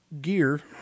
gear